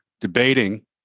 debating